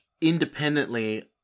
independently